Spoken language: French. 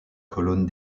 colonne